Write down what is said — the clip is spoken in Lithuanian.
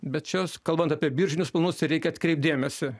bet čia kalbant apie biržinius planus reikia atkreipt dėmesį